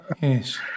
Yes